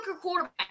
quarterback